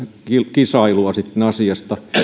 kisailua sitten asiasta